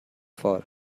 for